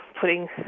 putting